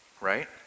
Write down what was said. right